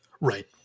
Right